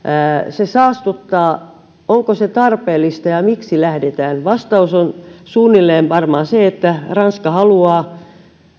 se saastuttaa onko se tarpeellista ja miksi lähdetään vastaus on suunnilleen varmaan se että ranska haluaa